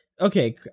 okay